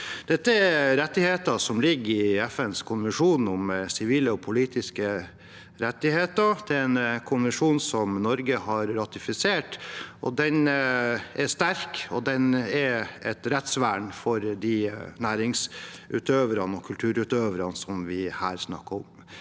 Dette er rettigheter som ligger i FNs konvensjon om sivile og politiske rettigheter. Det er en konvensjon som Norge har ratifisert. Den er sterk, og den er et rettsvern for de næringsutøverne og kulturutøverne vi snakker om